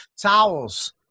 Towels